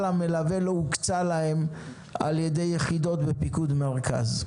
המלווה לא הוקצה עליהם ע"י יחידות בפיקוד מרכז.